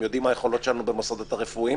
הם יודעים מה היכולות שלנו במוסדות הרפואיים,